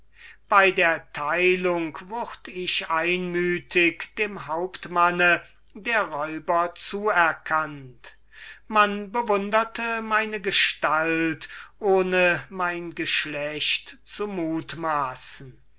bei der teilung wurde ich einmütig dem hauptmann der räuber zuerkannt man bewunderte meine gestalt ohne mein geschlecht zu mutmaßen